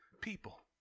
people